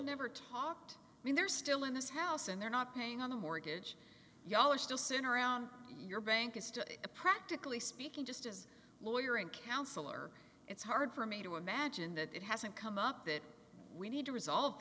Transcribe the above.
never talked i mean they're still in this house and they're not paying on the mortgage ya'll are still sitting around your bank is to a practically speaking just as lawyer and counselor it's hard for me to imagine that it hasn't come up that we need to resolve